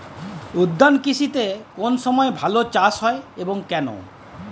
উদ্যান কৃষিতে কোন সময় চাষ ভালো হয় এবং কেনো?